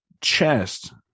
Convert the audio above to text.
chest